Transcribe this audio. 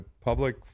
public